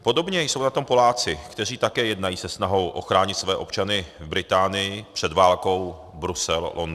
Podobně jsou na tom Poláci, kteří také jednají se snahou ochránit své občany v Británii před válkou Brusel Londýn.